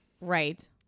Right